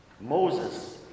Moses